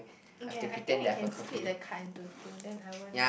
okay I think we can split the card into two then I won't